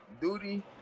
Duty